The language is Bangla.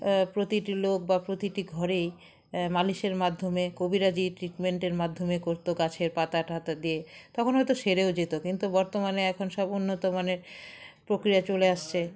প্রতিটি লোক বা প্রতিটি ঘরেই মালিশের মাধ্যমে কবিরাজি ট্রিটমেন্টের মাধ্যমে করতো গাছের পাতা টাতা দিয়ে তখন হয়তো সেরেও যেত কিন্তু বর্তমানে এখন সব উন্নত মানের প্রক্রিয়া চলে আসছে